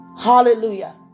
Hallelujah